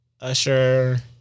Usher